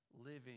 living